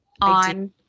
on –